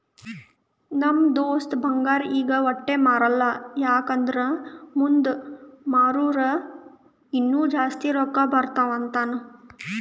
ನಮ್ ದೋಸ್ತ ಬಂಗಾರ್ ಈಗ ವಟ್ಟೆ ಮಾರಲ್ಲ ಯಾಕ್ ಅಂದುರ್ ಮುಂದ್ ಮಾರೂರ ಇನ್ನಾ ಜಾಸ್ತಿ ರೊಕ್ಕಾ ಬರ್ತುದ್ ಅಂತಾನ್